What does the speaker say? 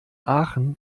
aachen